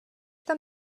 tam